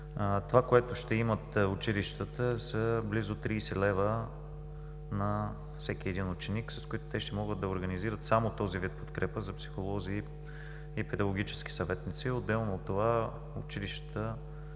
Това, което ще имат училищата, са близо 30 лв. на всеки един ученик, с които те ще могат да организират само този вид подкрепа за психолози и педагогически съветници. Отделно от това училищата,